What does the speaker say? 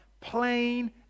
Plain